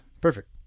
perfect